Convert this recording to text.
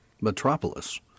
Metropolis